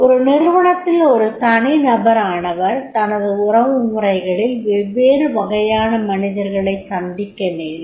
ஒரு நிறுவனத்தில் ஒரு தனி நபரானவர் தனது உறவு முறைகளில் வெவ்வேறு வகையான மனிதர்களைச் சந்திக்க நேரிடும்